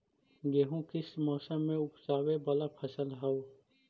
गेहूं किस मौसम में ऊपजावे वाला फसल हउ?